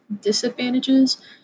disadvantages